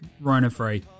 rona-free